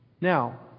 Now